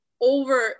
over